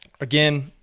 again